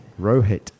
Rohit